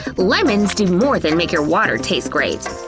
lemons do more than make your water taste great.